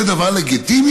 זה דבר לגיטימי?